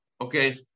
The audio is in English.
okay